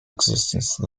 existence